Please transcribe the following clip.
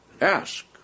Ask